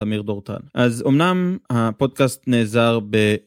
אמיר דורטן. אז אמנם הפודקאסט נעזר ב...